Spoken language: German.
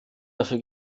dafür